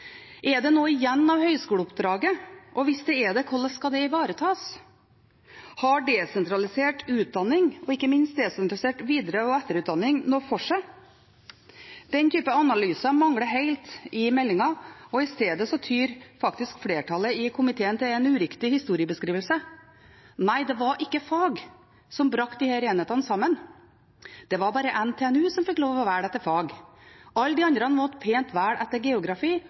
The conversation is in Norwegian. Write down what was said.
Er det noe igjen av høyskoleoppdraget? Hvis det er det – hvordan skal det ivaretas? Har desentralisert utdanning, ikke minst desentralisert etter- og videreutdanning, noe for seg? Denne typen analyser mangler helt i meldingen. I stedet tyr flertallet i komiteen faktisk til en uriktig historiebeskrivelse: Nei, det var ikke fag som brakte disse enhetene sammen. Det var bare NTNU som fikk lov til å velge etter fag. Alle de andre måtte pent velge etter geografi